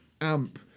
amp